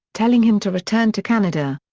telling him to return to canada.